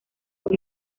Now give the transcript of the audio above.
por